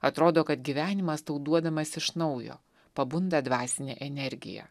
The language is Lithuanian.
atrodo kad gyvenimas tau duodamas iš naujo pabunda dvasinė energija